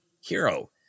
hero